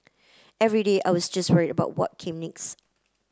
every day I was just worried about what came next